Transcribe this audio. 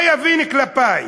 מה יבין כלפי?